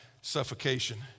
suffocation